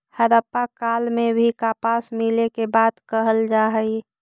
हड़प्पा काल में भी कपास मिले के बात कहल जा हई